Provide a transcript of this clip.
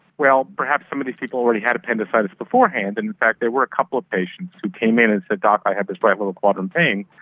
well, perhaps some of these people already had appendicitis beforehand and in fact there were a couple of patients who came in and said, doc, i have this right lower quadrant pain,